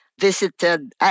visited